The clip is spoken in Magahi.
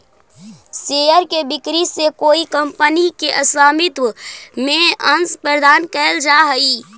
शेयर के बिक्री से कोई कंपनी के स्वामित्व में अंश प्रदान कैल जा हइ